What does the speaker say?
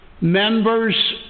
members